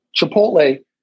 Chipotle